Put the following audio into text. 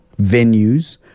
venues